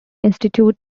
institut